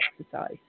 exercise